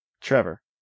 Trevor